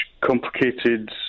complicated